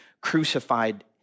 crucified